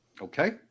Okay